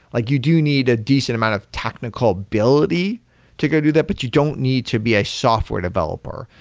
like you do need a decent amount of technical ability to go do that, but you don't need to be a software developer.